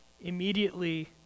immediately